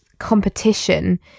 competition